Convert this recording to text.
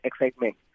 excitement